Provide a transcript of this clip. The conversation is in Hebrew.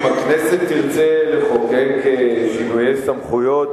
אם הכנסת תרצה לחוקק שינויי סמכויות,